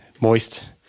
Moist